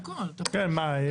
כן, מה?